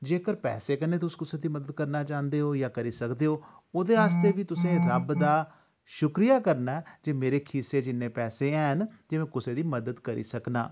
जेकर पैसे कन्नै तुस कुसे दी मदद करना चांह्दे ओ जां करी सकदे ओ ओह्दे आस्तै बी तुसें गी रब दा शुक्रिया करना ऐ जे मेरे खीसे च इन्ने पैसे हैन जे में कुसै दी मदद करी सकना